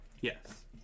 yes